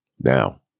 now